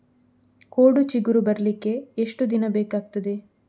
ಕೋಡು ಚಿಗುರು ಬರ್ಲಿಕ್ಕೆ ಎಷ್ಟು ದಿನ ಬೇಕಗ್ತಾದೆ?